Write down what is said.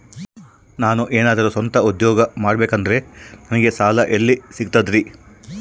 ನಾನು ಏನಾದರೂ ಸ್ವಂತ ಉದ್ಯೋಗ ಮಾಡಬೇಕಂದರೆ ನನಗ ಸಾಲ ಎಲ್ಲಿ ಸಿಗ್ತದರಿ?